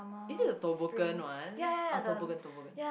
is it the toboggan one oh toboggan toboggan